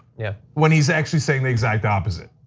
yeah. when he's actually saying the exact opposite.